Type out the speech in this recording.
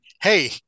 hey